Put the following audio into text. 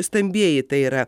stambieji tai yra